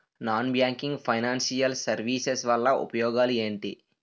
Non banking financial services వల్ల ఉపయోగాలు ఎంటి?